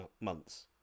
months